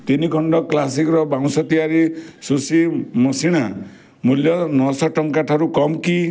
ତିନି ଖଣ୍ଡ କ୍ଲାସିକ୍ର ବାଉଁଶ ତିଆରି ଶୁଶି ମଶିଣାଗୁଡ଼ିକର ମୂଲ୍ୟ ନଅଶ ଟଙ୍କା ଠାରୁ କମ୍ କି